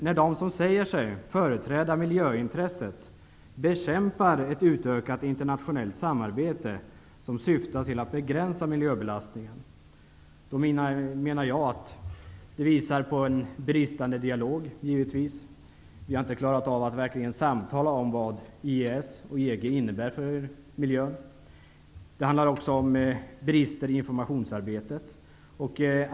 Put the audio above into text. När de som säger sig företräda miljöintresset bekämpar ett utökat internationellt samarbete som syftar till att begränsa miljöbelastningen, menar jag att det visar en bristande dialog. Vi har inte klarat av att verkligen samtala om vad EES och EG innebär för miljön. Det handlar också om brister i informationsarbetet.